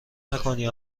نکنی